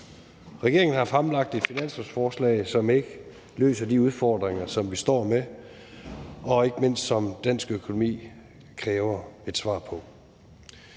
Regeringen har fremsat et finanslovsforslag, som ikke løser de udfordringer, vi står med, og som ikke mindst dansk økonomi kræver et svar på.